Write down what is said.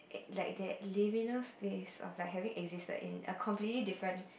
like that liminal space of like having existed in a completely different